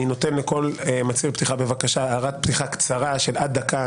אני נותן לכל מצהיר פתיחה הערת פתיחה קצרה עד דקה.